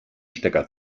stecker